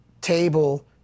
table